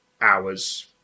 hours